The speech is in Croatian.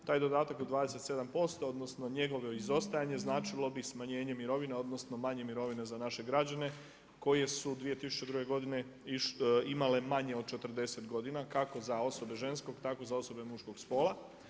Taj dodatak od 27%, odnosno njegovo izostajanje značilo bi smanjenje mirovine, odnosno manje mirovine za naše građane koje su 2002. godine imale manje od 40 godina kako za osobe ženskog, tako za osobe muškog spola.